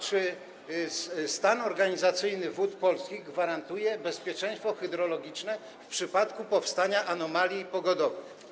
Czy stan organizacyjny Wód Polskich gwarantuje bezpieczeństwo hydrologiczne w przypadku powstania anomalii pogodowych?